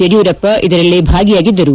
ಯಡಿಯೂರಪ್ಪ ಇದರಲ್ಲಿ ಭಾಗಿಯಾಗಿದ್ದರು